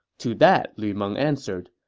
to that, lu meng answered,